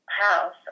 house